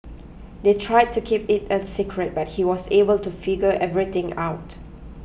they tried to keep it a secret but he was able to figure everything out